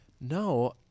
no